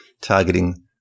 targeting